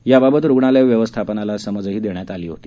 याबाबत रुग्णालय व्यवस्थापनाला समजही देण्यात आली होती